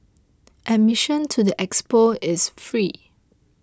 admission to the expo is free